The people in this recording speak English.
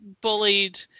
bullied